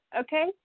okay